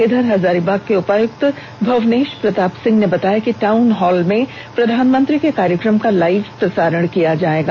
इधर हजारीबाग के उपायुक्त भुवनेष प्रताप सिंह ने बताया कि टाउन हॉल में प्रधानमंत्री के कार्यकम का लाइव प्रसारण किया जाएगा